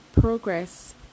progress